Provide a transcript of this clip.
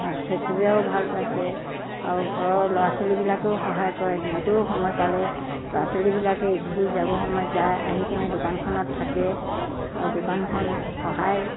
ওচৰে চবুৰীয়ায়ো ভাল পাইছে আৰু ঘৰৰ ল'ৰা ছোৱালীবিলাকেও সহায় কৰে সিহঁতেও সময় পালে ল'ৰা ছোৱালীবিলাকে স্কুল যাব সময়ত যায় আহি কিনে দোকানখনত থাকে আৰু দোকানখন সহায়